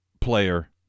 player